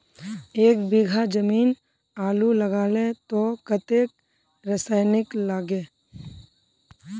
एक बीघा जमीन आलू लगाले तो कतेक रासायनिक लगे?